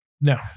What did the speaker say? No